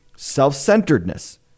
self-centeredness